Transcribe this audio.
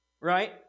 right